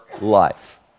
life